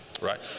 right